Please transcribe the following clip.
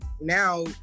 now